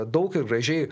daug ir gražiai